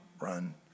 run